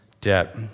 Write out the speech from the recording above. debt